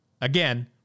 Again